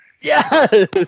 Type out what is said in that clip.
Yes